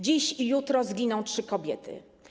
Dziś i jutro zginą trzy kobiety.